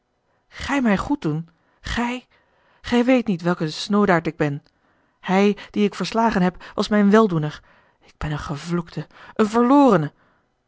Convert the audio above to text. gij mij goed doen gij gij weet niet welk een snoodaard ik ben hij dien ik verslagen heb was mijn weldoener ik ben een gevloekte een verlorene